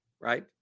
right